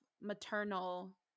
maternal